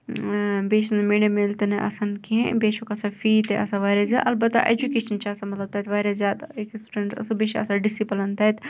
بیٚیہِ چھُ نہٕ مِڈ ڈے میٖل تہِ نہٕ آسان کِہِیٖنۍ بیٚیہِ چھُکھ آسان فِی تہِ آسان واریاہ زیادٕ اَلبَتہ ایٚجوکیشَن چھِ آسان مَطلَب تَتہِ واریاہ زیادٕ أکِس سٹوڈنٹس بیٚیہِ چھُ آسان ڈِسِپلٕن تَتہِ